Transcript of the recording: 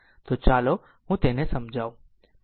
તો ચાલો હું તેને સમજાવું